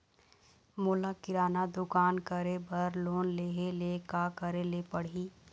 मोला किराना दुकान करे बर लोन लेहेले का करेले पड़ही?